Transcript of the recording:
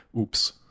Oops